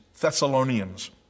Thessalonians